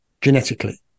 genetically